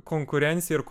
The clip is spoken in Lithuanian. konkurencija ir